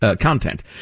content